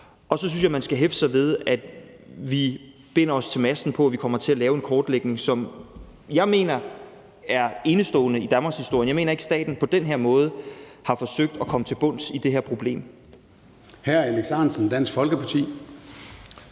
Og så synes jeg, man skal hæfte sig ved, at vi binder os til masten på, at vi kommer til at lave en kortlægning, som jeg mener er enestående i danmarkshistorien. Jeg mener ikke, at staten før på den her måde har forsøgt at komme til bunds i det her problem.